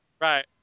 Right